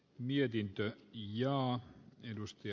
mietintöön ja edusti